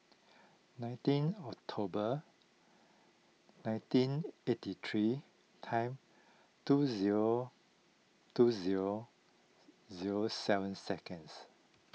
nineteen October nineteen eighty three time two zero two zero zero seven seconds